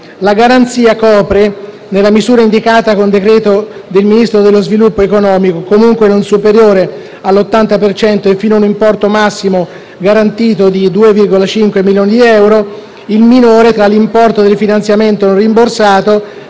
La garanzia copre - nella misura indicata con decreto del Ministro dello sviluppo economico, comunque non superiore all'80 per cento e fino a un importo massimo garantito di 2,5 milioni di euro - il minore tra l'importo del finanziamento non rimborsato